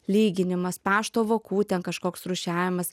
lyginimas pašto vokų ten kažkoks rūšiavimas